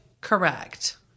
Correct